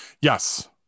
Yes